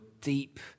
deep